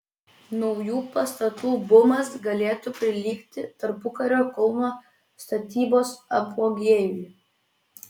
naujų pastatų bumas galėtų prilygti tarpukario kauno statybos apogėjui